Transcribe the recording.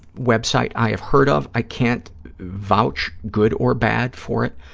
web site i have heard of. i can't vouch, good or bad, for it.